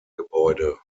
gebäude